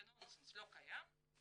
זה נונסנס, לא קיים,